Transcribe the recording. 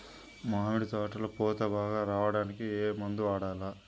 మామిడి తోటలో పూత బాగా రావడానికి ఏ మందు వాడాలి?